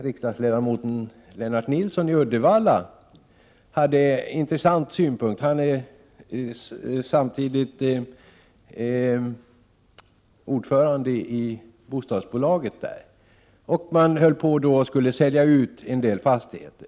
Riksdagsledamoten Lennart Nilsson i Uddevalla hade en intressant synpunkt. Lennart Nilsson är också ordförande i bostadsbolaget på orten. Det gällde att sälja ut vissa fastigheter.